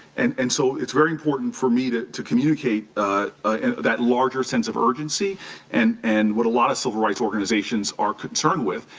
and and so, it's very important for me to to communicate that larger sense of urgency and and what a lot of civil rights organizations are concerned with.